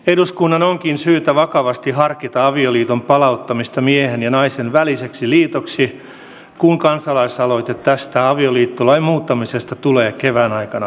eduskunnan onkin syytä vakavasti harkita avioliiton palauttamista miehen ja naisen väliseksi liitoksi kun kansalaisaloite tästä avioliittolain muuttamisesta tulee kevään aikana päätettäväksi